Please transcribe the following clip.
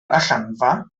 allanfa